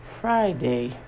Friday